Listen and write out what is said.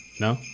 No